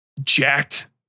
jacked